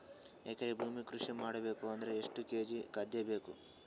ಎಕರೆ ಭೂಮಿ ಕೃಷಿ ಮಾಡಬೇಕು ಅಂದ್ರ ಎಷ್ಟ ಕೇಜಿ ಖಾದ್ಯ ಬೇಕು?